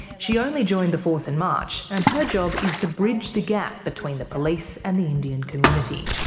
she only joined the force in march, and her job is to bridge the gap between the police and the indian community.